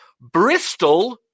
Bristol